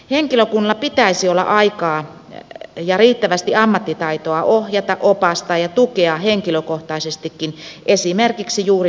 henkilökunnalla pitäisi olla aikaa ja riittävästi ammattitaitoa ohjata opastaa ja tukea henkilökohtaisestikin esimerkiksi juuri nuoria ja pitkäaikaistyöttömiä